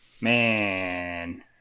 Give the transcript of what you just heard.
Man